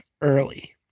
early